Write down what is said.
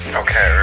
okay